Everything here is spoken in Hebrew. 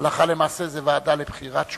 הלכה למעשה זו ועדה לבחירת שופטים.